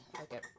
Okay